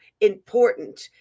important